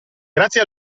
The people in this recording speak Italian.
grazie